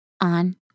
on